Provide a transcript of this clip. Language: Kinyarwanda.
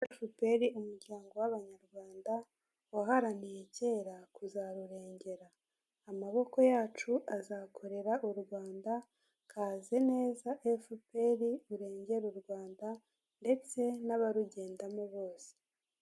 Efuperi umuryango w'abanyarwanda waharaniye kera kuzarurengera amaboko yacu azakorera u Rwanda kaze neza Efuperi irengerare u Rwanda ndetse n'abarugendamo bose.